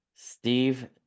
Steve